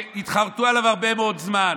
שיתחרטו עליו הרבה מאוד זמן.